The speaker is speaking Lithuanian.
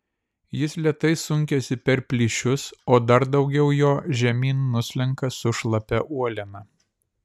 jis lėtai sunkiasi per plyšius o dar daugiau jo žemyn nuslenka su šlapia uoliena